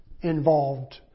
involved